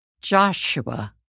Joshua